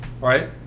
Right